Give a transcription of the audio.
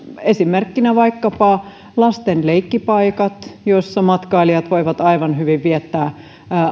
esimerkkinä vaikkapa lasten leikkipaikat joissa matkailijat voivat aivan hyvin viettää